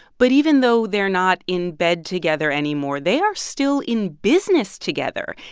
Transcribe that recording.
but even though they're not in bed together anymore, they are still in business together.